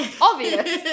Obvious